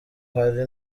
hari